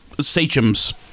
sachem's